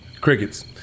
Crickets